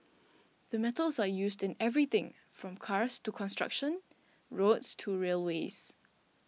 the metals are used in everything from cars to construction roads to railways